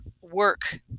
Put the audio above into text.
work